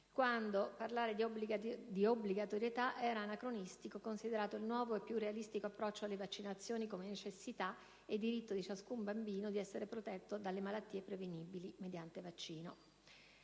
quando parlare di obbligatorietà era anacronistico, considerato il nuovo e più realistico approccio alle vaccinazioni come necessità e diritto di ciascun bambino di essere protetto dalle malattie prevenibili mediante vaccino.